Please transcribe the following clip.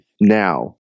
now